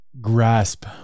grasp